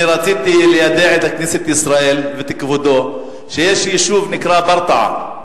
אני רציתי ליידע את כנסת ישראל ואת כבודו שיש יישוב שנקרא ברטעה,